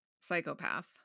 psychopath